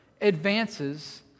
advances